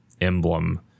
emblem